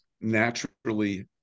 naturally